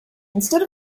instead